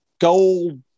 gold